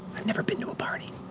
i've never been to a party.